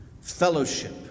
Fellowship